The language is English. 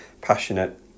passionate